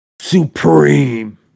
supreme